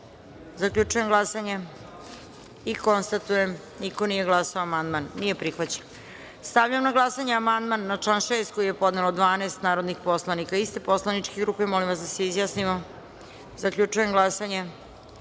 izjasnimo. Zaključujem glasanje i konstatujem da niko nije glasao. Amandman nije prihvaćen. Stavljam na glasanje amandman na član 2. koji je podnelo 12 narodnih poslanika iste poslaničke grupe. Molim vas da se izjasnimo. Zaključujem glasanje